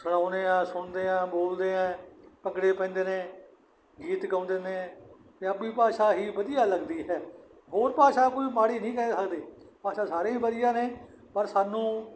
ਸਲਾਉਨੇ ਹਾਂ ਸੁਣਦੇ ਹਾਂ ਬੋਲਦੇ ਹਾਂ ਭੰਗੜੇ ਪੈਂਦੇ ਨੇ ਗੀਤ ਗਾਉਂਦੇ ਨੇ ਪੰਜਾਬੀ ਭਾਸ਼ਾ ਹੀ ਵਧੀਆ ਲੱਗਦੀ ਹੈ ਹੋਰ ਭਾਸ਼ਾ ਕੋਈ ਮਾੜੀ ਨਹੀਂ ਕਹਿ ਸਕਦੇ ਭਾਸ਼ਾ ਸਾਰੀਆ ਹੀ ਵਧੀਆ ਨੇ ਪਰ ਸਾਨੂੰ